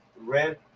red